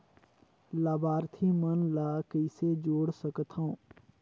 लाभार्थी मन ल कइसे जोड़ सकथव?